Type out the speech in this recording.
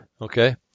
Okay